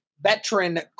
veteran